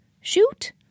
Shoot